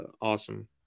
awesome